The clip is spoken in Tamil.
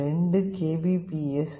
2கேபிபிஎஸ் 115